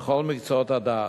בכל מקצועות הדעת.